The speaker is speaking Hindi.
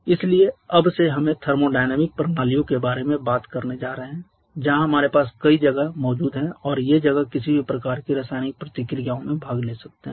इसलिए अब से हम थर्मोडायनामिक प्रणालियों के बारे में बात करने जा रहे हैं जहां हमारे पास कई जगह मौजूद हैं और ये जगह किसी प्रकार की रासायनिक प्रतिक्रिया में भाग ले सकते हैं